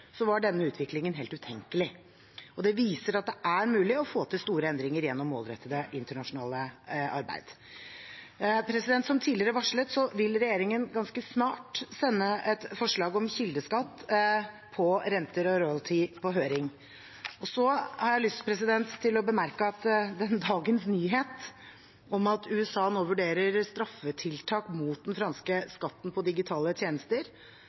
var denne utviklingen helt utenkelig. Det viser at det er mulig å få til store endringer gjennom målrettet internasjonalt arbeid. Som tidligere varslet vil regjeringen ganske snart sende et forslag om kildeskatt på renter og royalty på høring. Så har jeg lyst til å bemerke at dagens nyhet om at USA nå vurderer straffetiltak mot den franske skatten på digitale tjenester,